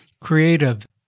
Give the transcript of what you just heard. creative